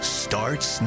starts